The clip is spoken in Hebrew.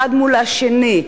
אחד מול השני,